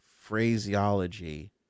phraseology